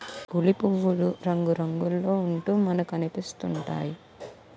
పులి పువ్వులు రంగురంగుల్లో ఉంటూ మనకనిపిస్తా ఉంటాయి